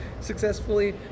successfully